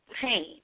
pain